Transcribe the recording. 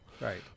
Right